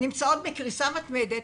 נמצאות בקריסה מתמדת.